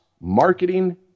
marketing